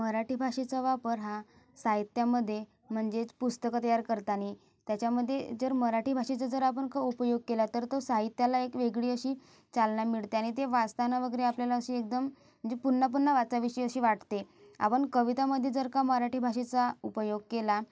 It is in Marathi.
मराठी भाषेचा वापर हा साहित्यामध्ये मंजेच पुस्तकं तयार करतानी त्याच्यामध्ये जर मराठी भाषेचा जर आपण का उपयोग केला तर तो साहित्याला एक वेगळी अशी चालना मिळते आणि ते वाचताना वगैरे आपल्याला अशी एकदम जी पुन्हा पुन्हा वाचावीशी अशी वाटते आपण कवितांमध्ये जर का मराठी भाषेचा उपयोग केला